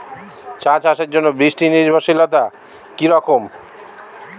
চা চাষের জন্য বৃষ্টি নির্ভরশীলতা কী রকম?